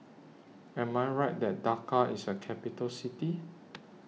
Am I Right that Dhaka IS A Capital City